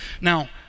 Now